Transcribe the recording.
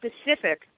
specific